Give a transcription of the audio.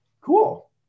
Cool